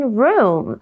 room